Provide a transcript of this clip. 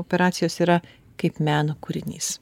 operacijos yra kaip meno kūrinys